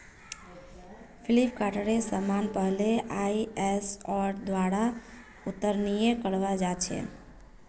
फ्लिपकार्टेर समान पहले आईएसओर द्वारा उत्तीर्ण कराल जा छेक